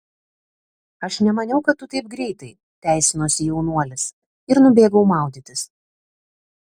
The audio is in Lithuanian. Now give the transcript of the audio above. aš nemaniau kad tu taip greitai teisinosi jaunuolis ir nubėgau maudytis